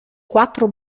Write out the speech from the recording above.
quattro